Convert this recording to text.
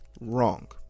wrong